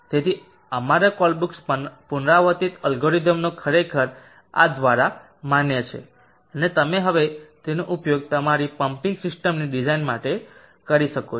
તેથી અમારા કોલબ્રૂક્સ પુનરાવર્તિત અલ્ગોરિધમનો ખરેખર આ દ્વારા માન્ય છે અને તમે હવે તેનો ઉપયોગ તમારી પંમ્પિંગ સિસ્ટમની ડિઝાઇન માટે કરી શકો છો